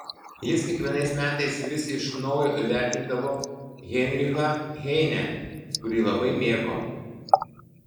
jis kiekvienais metais vis iš naujo įvertindavo heinrichą heinę kurį labai mėgo